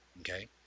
okay